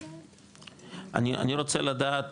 אני רוצה לדעת,